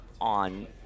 on